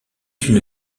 une